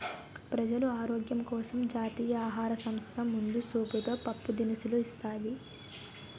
ప్రజలు ఆరోగ్యం కోసం జాతీయ ఆహార సంస్థ ముందు సూపుతో పప్పు దినుసులు ఇస్తాది